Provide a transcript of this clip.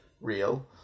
real